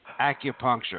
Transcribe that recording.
acupuncture